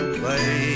play